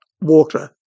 water